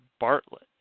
Bartlett